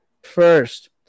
First